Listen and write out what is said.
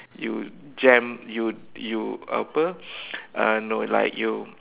you jam you you apa uh no like you